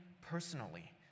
personally